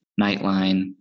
nightline